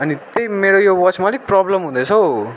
अनि त्यही मेरो वाचमा अलिकति प्रब्लम हुँदैछ हो